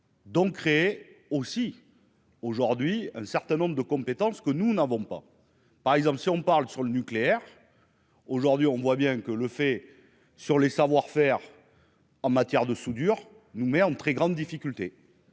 Donc créer aussi aujourd'hui un certain nombre de compétences que nous n'avons pas par exemple si on parle sur le nucléaire, aujourd'hui, on voit bien que le fait sur les savoir-faire en matière de soudure nous mais en très grande difficulté